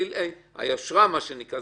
"היושרה" מה שנקרא,